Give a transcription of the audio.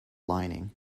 lining